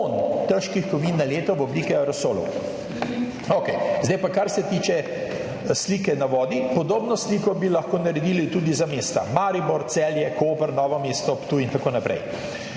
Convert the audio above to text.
težkih kovin na leto v obliki aerosolov? Okej, zdaj pa, kar se tiče slike na vodi, podobno sliko bi lahko naredili tudi za mesta Maribor, Celje, Koper, Novo mesto, Ptuj in tako naprej.